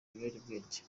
ibiyobyabwenge